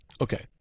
Okay